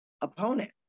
opponent